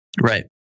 Right